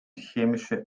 chemische